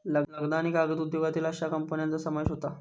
लगदा आणि कागद उद्योगातील अश्या कंपन्यांचा समावेश होता